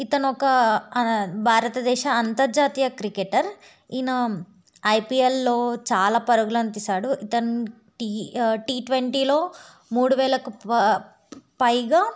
ఇతను ఒక భారతదేశ అంతర్జాతీయ క్రికెటర్ ఈయన ఐపీఎల్లో చాలా పరుగులను తీసాడు ఇతను టీట్వంటీలో మూడు వేలకు ప పైగా